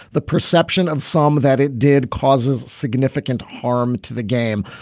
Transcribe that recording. the perception of some that it did causes significant harm to the game.